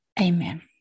Amen